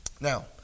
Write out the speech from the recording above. Now